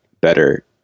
better